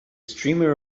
streamer